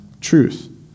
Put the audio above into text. truth